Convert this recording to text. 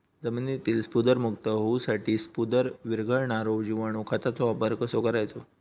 जमिनीतील स्फुदरमुक्त होऊसाठीक स्फुदर वीरघळनारो जिवाणू खताचो वापर कसो करायचो?